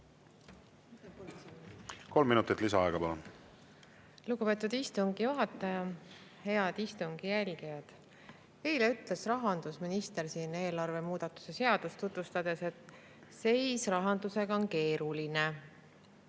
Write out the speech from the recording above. Kolm minutit lisaaega, palun! Lugupeetud istungi juhataja! Head istungi jälgijad! Eile ütles rahandusminister siin eelarve muudatuse seadust tutvustades, et rahanduse seis on keeruline.